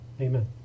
Amen